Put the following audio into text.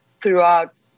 throughout